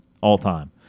all-time